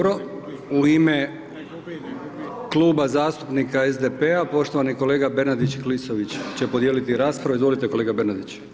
Dobro, u ime Kluba zastupnika SDP-a poštovani kolega Bernardić - Klisović će podijeliti raspravu, izvolite kolega Bernardić.